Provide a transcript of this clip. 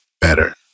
better